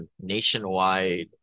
nationwide